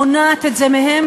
מונעת את זה מהם,